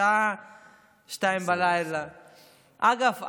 השעה 02:00. אגב,